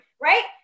right